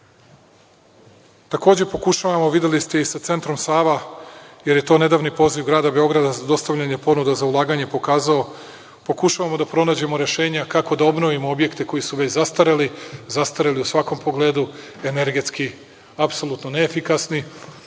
pokušavamo, videli ste, i sa Centrom Sava, jer je to nedavni poziv Grada Beograda za dostavljanje ponuda za ulaganje pokazao, pokušavamo da pronađemo rešenja kako da obnovimo objekte koji su već zastareli, zastareli u svakom pogledu, energetski apsolutno neefikasni.